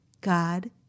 God